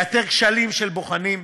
לאתר כשלים של בוחנים,